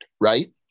right